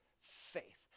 faith